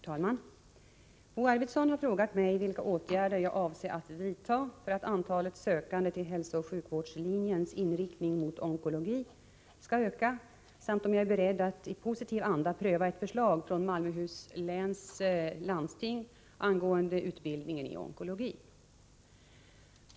Herr talman! Bo Arvidson har frågat mig vilka åtgärder jag avser att vidta för att antalet sökande till hälsooch sjukvårdslinjens inriktning mot onkologi skall öka samt om jag är beredd att i positiv anda pröva ett förslag från Malmöhus läns landsting angående utbildningen i onkologi.